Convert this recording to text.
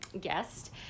guest